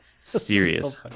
serious